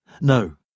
No